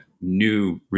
new